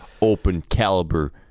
open-caliber